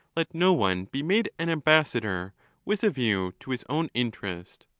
let no one be made an ambassador with a view to his own interest.